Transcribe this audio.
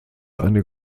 eine